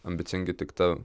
ambicingi tik ta